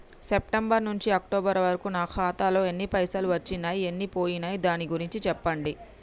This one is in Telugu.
సెప్టెంబర్ నుంచి అక్టోబర్ వరకు నా ఖాతాలో ఎన్ని పైసలు వచ్చినయ్ ఎన్ని పోయినయ్ దాని గురించి చెప్పండి?